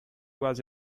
was